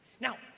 Now